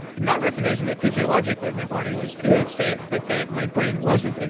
and not recognizing that physiologically, my body was in that state but that my brain wasn't. and